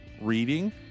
reading